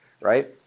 Right